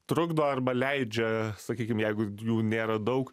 trukdo arba leidžia sakykim jeigu jų nėra daug